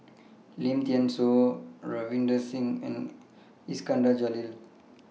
Lim Thean Soo Ravinder Singh and Iskandar Jalil